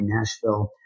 Nashville